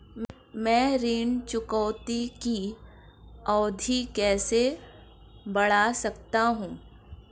मैं ऋण चुकौती की अवधि कैसे बढ़ा सकता हूं?